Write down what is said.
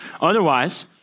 Otherwise